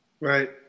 Right